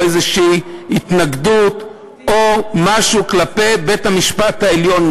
או איזושהי התנגדות או משהו כלפי בית-המשפט העליון.